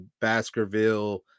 Baskerville